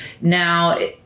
now